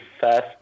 fast